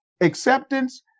acceptance